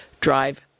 drive